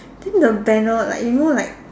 think the banner like you know like